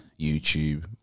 YouTube